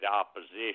opposition